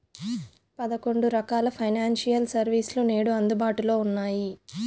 పదకొండు రకాల financial service లు నేడు అందుబాటులో ఉన్నాయి